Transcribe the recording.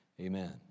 Amen